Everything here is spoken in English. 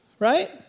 Right